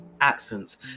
accents